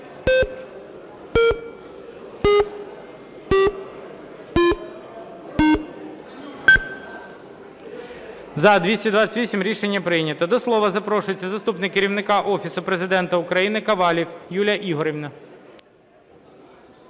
За-228 Рішення прийнято. До слова запрошується заступник Керівника Офісу Президента України Ковалів Юлія Ігорівна.